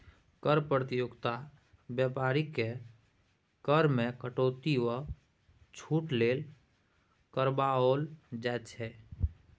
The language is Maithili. कर प्रतियोगिता बेपारीकेँ कर मे कटौती वा छूट लेल करबाओल जाइत छै